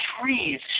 trees